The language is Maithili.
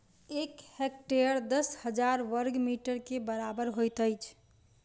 एक हेक्टेयर दस हजार बर्ग मीटर के बराबर होइत अछि